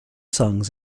songs